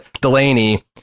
Delaney